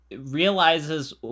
realizes